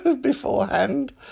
beforehand